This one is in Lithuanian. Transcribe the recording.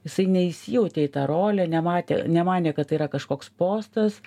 jisai neįsijautė į tą rolę nematė nemanė kad tai yra kažkoks postas